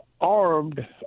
armed